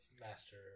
Master